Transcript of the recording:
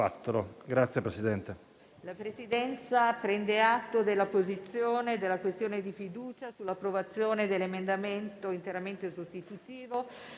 Grazie Presidente.